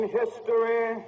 history